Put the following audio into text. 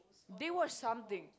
they watch something